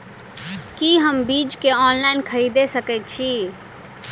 की हम बीज केँ ऑनलाइन खरीदै सकैत छी?